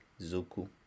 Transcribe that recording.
Zuku